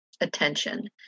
attention